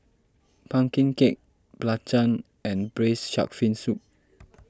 Pumpkin Cake Belacan and Braised Shark Fin Soup